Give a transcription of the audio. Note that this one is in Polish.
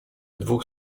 dwóch